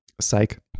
Psych